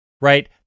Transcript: Right